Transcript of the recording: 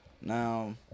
Now